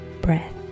breath